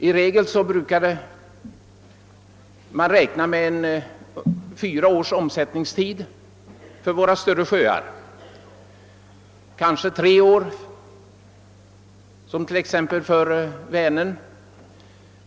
I regel brukar man räkna med en omsättningstid på fyra år för våra större sjöar — kanske tre år som i fallet Vänern.